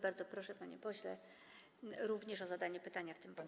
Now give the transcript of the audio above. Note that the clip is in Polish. Bardzo proszę, panie pośle, również o zadanie pytania w tym punkcie.